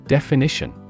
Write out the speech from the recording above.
Definition